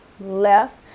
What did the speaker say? left